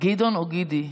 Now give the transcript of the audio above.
גדעון או גידי.